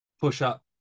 push-up